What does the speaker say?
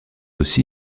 aussi